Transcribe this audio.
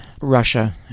Russia